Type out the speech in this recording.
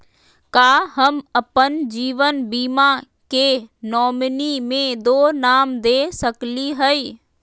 का हम अप्पन जीवन बीमा के नॉमिनी में दो नाम दे सकली हई?